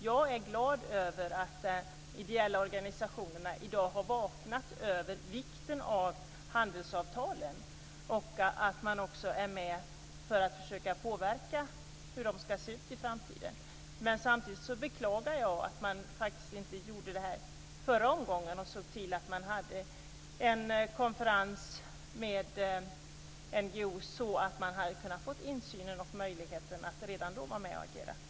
Jag är glad över att de ideella organisationerna i dag har vaknat för vikten av handlingsavtalen och också är med och försöker påverka hur de ska se ut i framtiden. Samtidigt beklagar jag att man inte gjorde det här i den förra omgången, och såg till att man hade en konferens med NGO:erna. Då hade de kunnat få insynen och möjligheten att redan då vara med och agera.